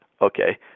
okay